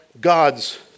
God's